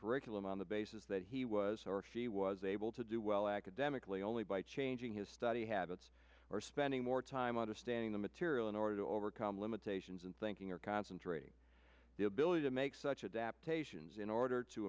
curriculum on the basis that he was or she was able to do well academically only by changing his study habits or spending more time understanding the material in order to overcome limitations in thinking or concentrating the ability to make such adapt ations in order to